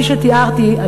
כפי שתיארתי,